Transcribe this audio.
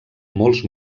molts